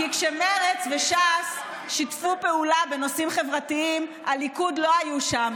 כי כשמרצ וש"ס שיתפו פעולה בנושאים חברתיים הליכוד לא היו שם.